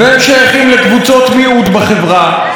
והם שייכים לקבוצות מיעוט בחברה,